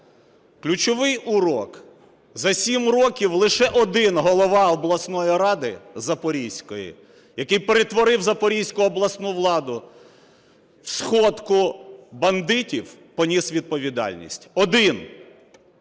Ключовий урок. За 7 років лише один голова обласної ради Запорізької, який перетворив Запорізьку обласну владу в сходку бандитів, поніс відповідальність. Один.